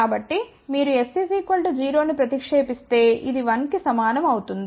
కాబట్టి మీరు s 0 ని ప్రతిక్షేపిస్తే ఇది 1 కి సమానం అవుతుంది